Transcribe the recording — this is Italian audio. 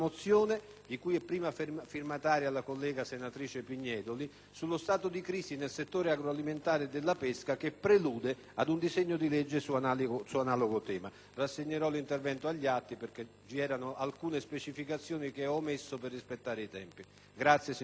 di cui è prima firmataria la collega senatrice Pignedoli, sullo stato di crisi del settore agroalimentare e della pesca, che prelude ad un disegno di legge su analogo tema. Rassegnerò l'intervento agli atti, signora Presidente, perché vi erano alcune specificazioni che ho omesso per rispettare i tempi. *(Applausi